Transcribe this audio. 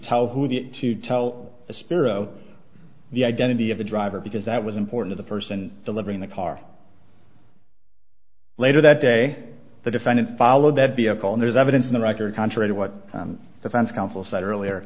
tell who the to tell the spiro the identity of the driver because that was important the person delivering the car later that day the defendant followed that vehicle and there's evidence in the record contrary to what defense counsel said earlier